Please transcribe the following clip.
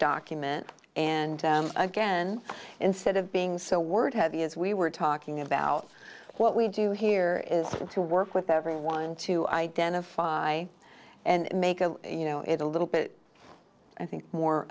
document and again instead of being so word heavy as we were talking about what we do here is to work with everyone to identify and make a you know it's a little bit i think more